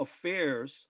affairs